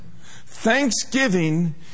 Thanksgiving